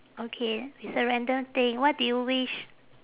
okay it's a random thing what do you wish